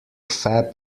fab